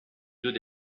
deux